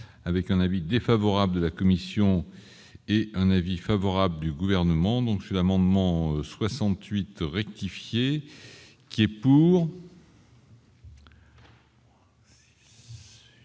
avec un avis défavorable de la commission et un avis favorable du gouvernement, donc c'est l'amendement 68 rectifier qui est pour.